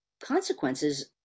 consequences